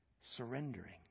surrendering